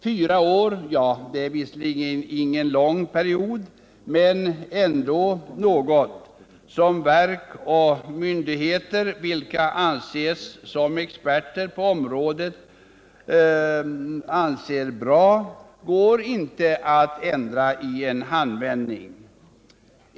Fyra år är visserligen ingen lång period, men att ändra på något som verk och myndigheter, vilka anses som experter på området, tycker är bra går inte i en handvändning.